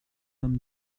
dame